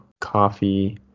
coffee